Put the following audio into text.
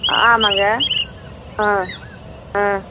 ஆமாங்க ஆ ஆ